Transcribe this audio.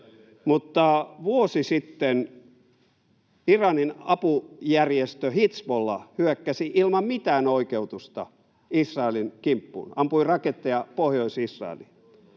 Vuosi sitten Iranin apujärjestö Hizbollah hyökkäsi ilman mitään oikeutusta Israelin kimppuun, ampui raketteja Pohjois-Israeliin,